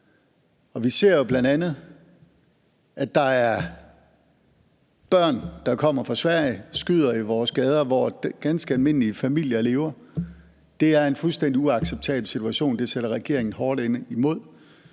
vi ser jo bl.a., at der er børn, der kommer fra Sverige og skyder i vores gader, hvor ganske almindelige familier lever. Det er en fuldstændig uacceptabel situation. Det sætter regeringen hårdt ind imod,